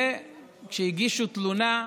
וכשהגישו תלונה,